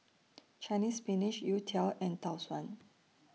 Chinese Spinach Youtiao and Tau Suan